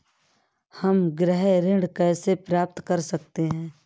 हम गृह ऋण कैसे प्राप्त कर सकते हैं?